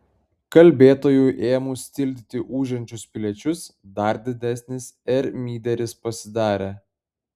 kalbėtojui ėmus tildyti ūžiančius piliečius dar didesnis ermyderis pasidarė